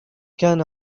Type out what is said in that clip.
كان